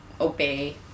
obey